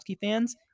fans